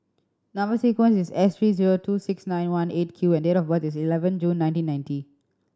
number sequence is S three zero two six nine one Eight Q and date of birth is eleven June nineteen ninety